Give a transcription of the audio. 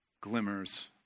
glimmers